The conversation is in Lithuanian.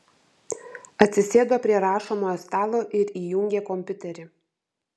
atsisėdo prie rašomojo stalo ir įjungė kompiuterį